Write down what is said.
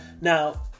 Now